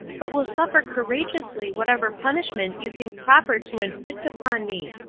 but will suffer courageously whatever punishment you think proper to inflict upon me,